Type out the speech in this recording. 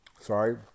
sorry